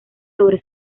sobre